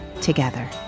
together